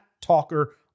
Talker